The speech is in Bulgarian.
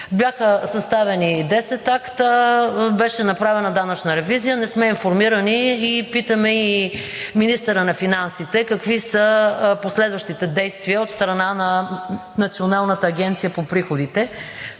Бяха съставени 10 акта. Беше направена данъчна ревизия. Не сме информирани и питаме министъра на финансите какви са последващите действия от страна на Националната агенция по приходите.